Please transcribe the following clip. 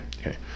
Okay